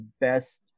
best